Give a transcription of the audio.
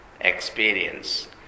experience